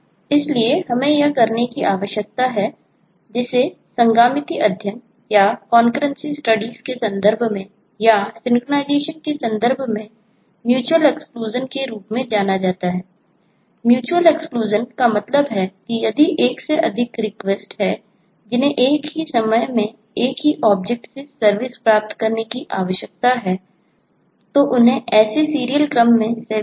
इसलिए हमें यह करने की आवश्यकता है जिसे संगामिति अध्ययन कॉन्करंसी स्टडीज हो